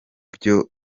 byo